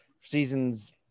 seasons